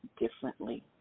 differently